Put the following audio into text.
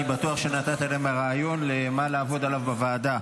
אני בטוח שנתת להם רעיון לעבוד עליו בוועדה.